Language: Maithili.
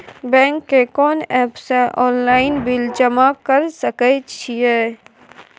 बैंक के कोन एप से ऑनलाइन बिल जमा कर सके छिए?